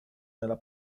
nella